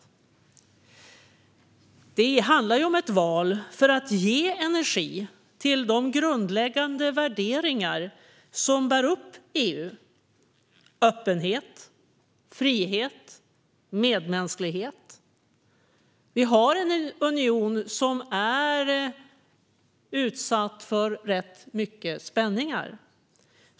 Valet handlar om att ge energi till de grundläggande värderingar som bär upp EU: öppenhet, frihet och medmänsklighet. Vi har en union som är utsatt för rätt mycket spänningar.